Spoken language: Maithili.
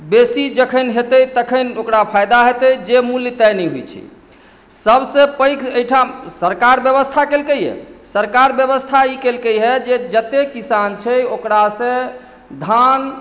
बेसी जखन हेतै तखन ओकरा फायदा हेतै जे मूल्य तय नहि होइत छै सभसँ पैघ एहिठाम सरकार व्यवस्था केलकैए सरकार व्यवस्था ई केलकै हे जे जतेक किसान छै ओकरासँ धान